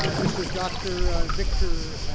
ah this was dr. victor